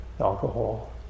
alcohol